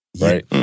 Right